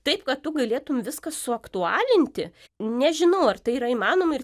taip kad tu galėtum viskas suaktualinti nežinau ar tai yra įmanoma ir